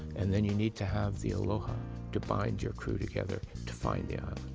and then you need to have the aloha to bind your crew together to find the ah